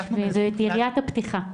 זאת יריית הפתיחה.